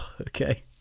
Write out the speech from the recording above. okay